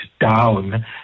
down